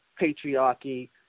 patriarchy